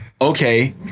okay